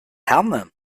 herne